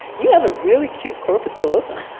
you have a really cute corpus callosum.